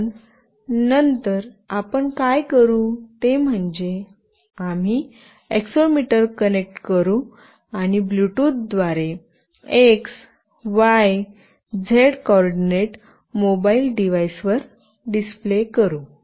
कारण नंतर आपण काय करू ते म्हणजे आम्ही एक्सेलेरोमीटर कनेक्ट करू आणि ब्लूटूथ द्वारे x y z coordinate mobile डिव्हाइसवर डिस्प्ले करू